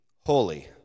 holy